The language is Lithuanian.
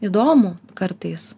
įdomu kartais